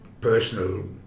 personal